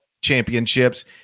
championships